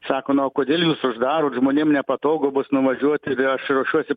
sako nu kodėl jūs uždarot žmonėm nepatogu bus nuvažiuoti aš ruošiuosi